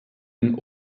den